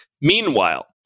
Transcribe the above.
meanwhile